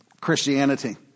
Christianity